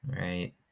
right